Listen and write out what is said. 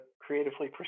creatively